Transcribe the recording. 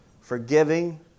Forgiving